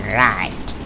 right